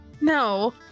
no